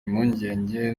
impungenge